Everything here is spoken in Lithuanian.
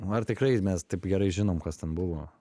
nu ar tikrai mes taip gerai žinom kas ten buvo